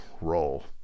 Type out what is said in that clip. roll